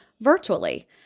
virtually